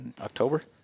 October